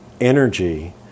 energy